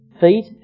feet